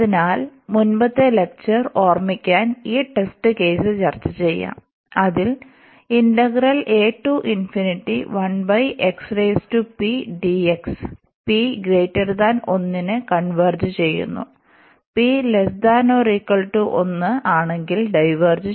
അതിനാൽ മുമ്പത്തെ ലെക്ചർ ഓർമിക്കാൻ ഈ ടെസ്റ്റ് കേസ് ചർച്ചചെയ്യാം അതിൽ p≤1 ആണെങ്കിൽ ഡൈവേർജ്